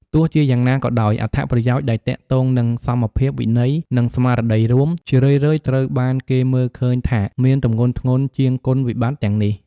ទោះជាយ៉ាងណាក៏ដោយ អត្ថប្រយោជន៍ដែលទាក់ទងនឹងសមភាព វិន័យ និងស្មារតីរួម ជារឿយៗត្រូវបានគេមើលឃើញថាមានទម្ងន់ធ្ងន់ជាងគុណវិបត្តិទាំងនេះ។